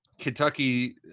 Kentucky